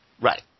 Right